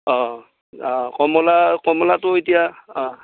অ অ কমলা কমলাটো এতিয়া আ